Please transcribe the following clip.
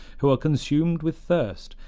who are consumed with thirst,